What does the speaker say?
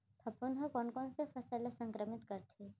फफूंद ह कोन कोन से फसल ल संक्रमित करथे?